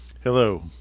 Hello